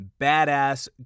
badass